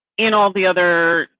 and all the other